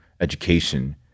education